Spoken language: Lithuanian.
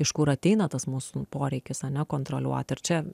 iš kur ateina tas mūsų poreikis ane kontroliuoti ir čia